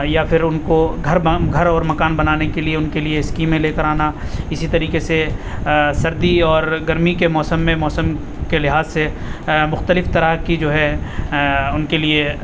یا پھر ان کو گھر گھر اور مکان بنانے کے لیے ان کے لیے اسکیمیں لے کرانا اسی طریقے سے سردی اور گرمی کے موسم میں موسم کے لحاظ سے مختلف طرح کی جو ہے ان کے لیے